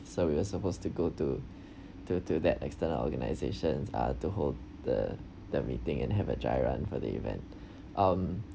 so we're supposed to go to to to that external organisations ah to hold the the meeting and have a dry run for the event um